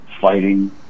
fighting